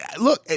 look